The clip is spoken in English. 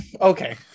okay